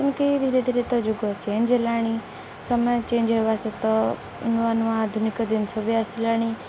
କି କେ ଧୀରେ ଧୀରେ ତ ଯୁଗ ଚେଞ୍ଜ ହେଲାଣି ସମୟ ଚେଞ୍ଜ ହେବା ସହିତ ନୂଆ ନୂଆ ଆଧୁନିକ ଜିନିଷ ବି ଆସିଲାଣି